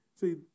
See